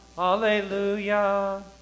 Hallelujah